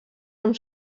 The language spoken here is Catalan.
amb